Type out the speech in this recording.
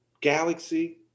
galaxy